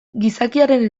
gizakiaren